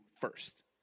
first